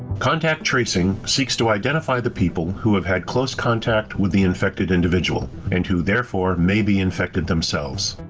contact tracing seeks to identify the people who have had close contact with the infected individual and who therefore may be infected themselves.